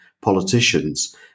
politicians